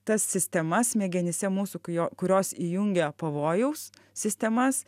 ta sistema smegenyse mūsų kai jo kurios įjungia pavojaus sistemas